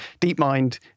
DeepMind